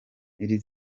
iri